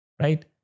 right